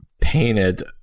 painted